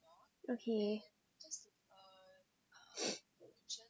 okay